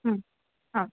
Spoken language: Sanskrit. ह